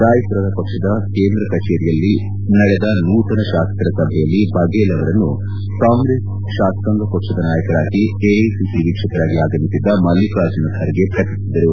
ರಾಯ್ಪುರದ ಪಕ್ಷದ ಕೇಂದ್ರ ಕಚೇರಿಯಲ್ಲಿಂದು ನಡೆದ ನೂತನ ಶಾಸಕರ ಸಭೆಯಲ್ಲಿ ಬಫೇಲ್ ಅವರನ್ನು ಕಾಂಗ್ರೆಸ್ ಶಾಸಕಾಂಗ ಪಕ್ಷದ ನಾಯಕರಾಗಿ ಎಐಸಿಸಿ ವೀಕ್ಷಕರಾಗಿ ಆಗಮಿಸಿದ್ದ ಮಲ್ಲಿಕಾರ್ಜುನ ಖರ್ಗೆ ಪ್ರಕಟಿಸಿದರು